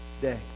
day